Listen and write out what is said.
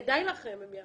כדאי לכם, הן יעברו.